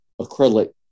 acrylic